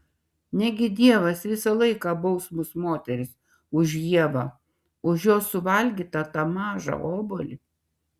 negi dievas visą laiką baus mus moteris už ievą už jos suvalgytą tą mažą obuolį